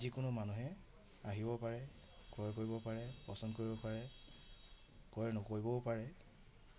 যিকোনো মানুহে আহিব পাৰে ক্ৰয় কৰিব পাৰে পচন্দ কৰিব পাৰে ক্ৰয় নকৰিবও পাৰে